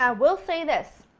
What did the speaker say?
ah will say this,